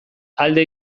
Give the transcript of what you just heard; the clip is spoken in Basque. alde